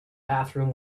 bathroom